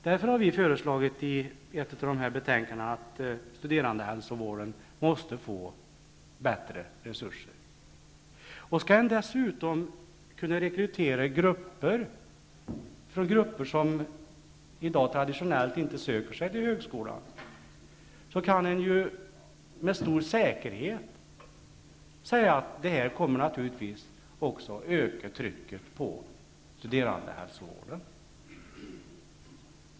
Därför har vi föreslagit i ett av dessa betänkanden att studerandehälsovården skall få bättre resurser. Skall högskolan dessutom rekrytera grupper som i dag traditionellt inte söker sig till högskolan, kan vi med stor säkerhet säga att det naturligtvis kommer att öka trycket på studerandehälsovården.